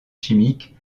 chimique